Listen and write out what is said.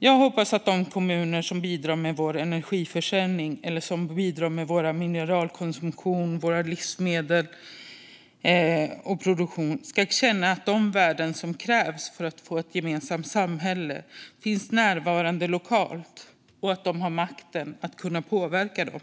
Jag hoppas att de kommuner som bidrar med vår energiförsörjning, mineralkonsumtion, livsmedel och produktion ska känna att de värden som krävs för att skapa ett gemensamt samhälle finns närvarande lokalt - och att de har makten att påverka dem.